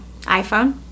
iPhone